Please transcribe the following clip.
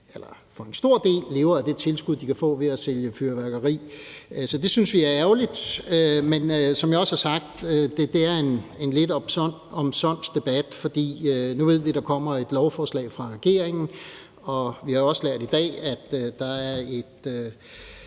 der for en stor del lever af det tilskud, de kan få ved at sælge fyrværkeri. Så det synes vi er ærgerligt. Men som jeg også har sagt, er det en lidt omsonst debat, for nu ved vi, at der kommer et lovforslag fra regeringen, og vi har også lært i dag, at der er et